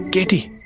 Katie